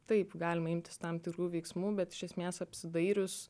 taip galima imtis tam tikrų veiksmų bet iš esmės apsidairius